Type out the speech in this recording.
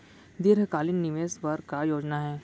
दीर्घकालिक निवेश बर का योजना हे?